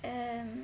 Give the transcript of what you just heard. um